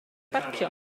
barcio